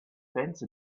fence